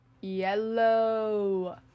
yellow